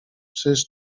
czyż